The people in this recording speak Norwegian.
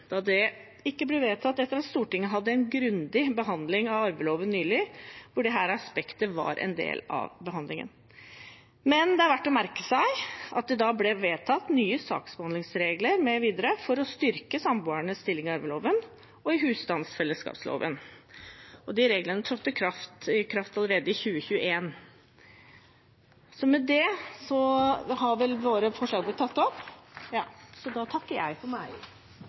da det ikke ble vedtatt etter at Stortinget hadde en grundig behandling av arveloven nylig, hvor dette aspektet var en del av behandlingen. Men det er verdt å merke seg at det da ble vedtatt nye saksbehandlingsregler mv. for å styrke samboeres stilling i arveloven og i husstandsfellesskapsloven. De reglene trådte i kraft allerede i 2021. Jeg er glad for at komiteen støtter en utredning av fravikelig samboerlov, slik Arbeiderpartiet og Senterpartiet også stemte for da